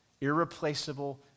irreplaceable